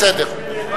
בסדר.